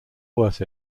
worth